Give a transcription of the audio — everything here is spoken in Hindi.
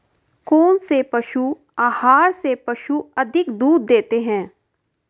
कौनसे पशु आहार से पशु अधिक दूध देते हैं?